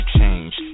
change